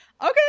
Okay